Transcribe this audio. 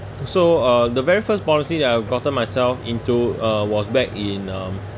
so uh the very first policy that I've gotten myself into uh was back in um